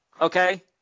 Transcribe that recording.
okay